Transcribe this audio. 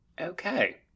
Okay